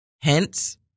Hence